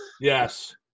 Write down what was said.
Yes